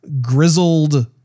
grizzled